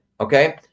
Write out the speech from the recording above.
okay